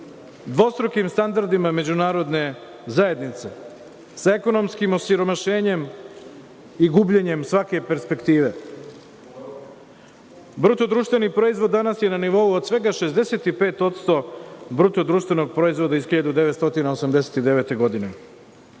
dvostrukim standardima međunarodne zajednice, sa ekonomskim osiromašenjem i gubljenjem svake perspektive. Bruto društveni proizvod danas je na nivou od svega 65% bruto društvenog proizvoda iz 1989. godine. Srbija